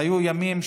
היו ימים,